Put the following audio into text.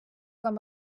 вам